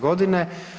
Godine.